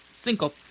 Cinco